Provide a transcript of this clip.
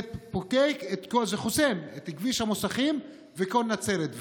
זה חוסם את כביש המוסכים וכל נצרת.